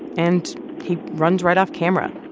and he runs right off camera.